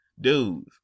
Dudes